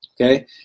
okay